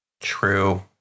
True